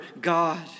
God